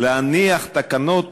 להניח תקנות